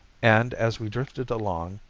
and as we drifted along,